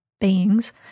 beings